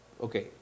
Okay